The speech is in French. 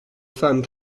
femme